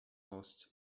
lost